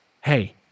hey